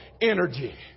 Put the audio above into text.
energy